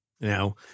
Now